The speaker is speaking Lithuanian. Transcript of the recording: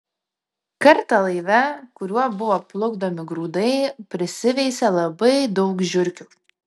kartą laive kuriuo buvo plukdomi grūdai prisiveisė labai daug žiurkių